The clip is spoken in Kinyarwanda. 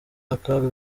akaga